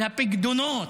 על הפיקדונות,